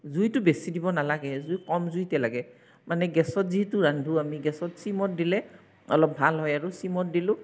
জুইটো বেছি দিব নালাগে জুই কম জুইতে লাগে মানে গেছত যিটো ৰান্ধো আমি গেছত চিমত দিলে অলপ ভাল হয় আৰু চিমত দিলোঁ